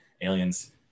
aliens